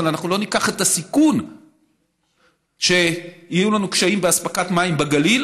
אבל לא ניקח את הסיכון שיהיו לנו קשיים באספקת המים בגליל,